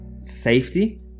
safety